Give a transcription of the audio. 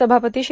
सभापती श्री